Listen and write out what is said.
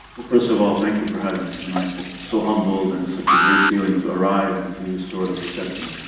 first of all, thank you for having me tonight. i'm so humbled and it's such a great feeling to arrive and see this sort of reception.